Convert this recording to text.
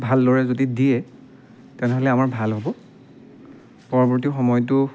ভালদৰে যদি দিয়ে তেনেহ'লে আমাৰ ভাল হ'ব পৰৱৰ্তী সময়তো